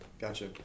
Gotcha